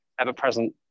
ever-present